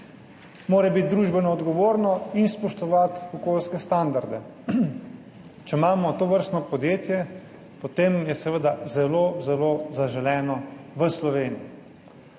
mora biti družbeno odgovorno in spoštovati okoljske standarde. Če imamo tovrstno podjetje, potem je seveda zelo, zelo zaželeno v Sloveniji.